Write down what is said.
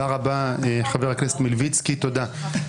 תודה רבה, חבר הכנסת מלביצקי, תודה.